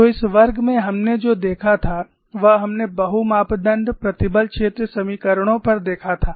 तो इस वर्ग में हमने जो देखा था वह हमने बहु मापदण्ड प्रतिबल क्षेत्र समीकरणों पर देखा था